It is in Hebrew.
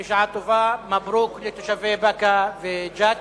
בשעה טובה, מברוכ לתושבי באקה וג'ת.